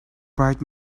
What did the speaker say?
bright